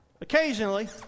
occasionally